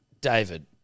David